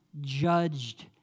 judged